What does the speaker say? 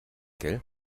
gell